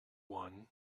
one